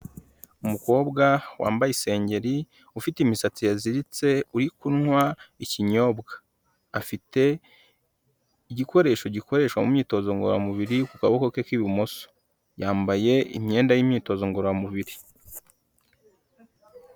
Umukobwa wambaye isengeri ufite imisatsi yaziritse uri kunywa ikinyobwa, afite igikoresho gikoreshwa mu myitozo ngororamubiri ku kaboko ke k'ibumoso, yambaye imyenda y'imyitozo ngororamubiri.